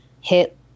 hit